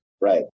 Right